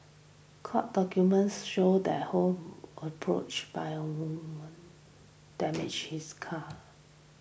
court documents showed that Ho was approached by a woman damage she's car